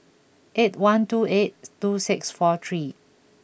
eight one two eight two six four three